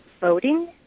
voting